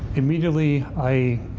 immediately, i